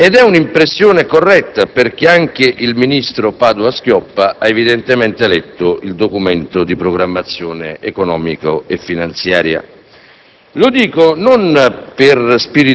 facendo riferimento ad un'intervista radiofonica del ministro Padoa-Schioppa, riportava la sua preoccupazione - dice lo stesso Ministro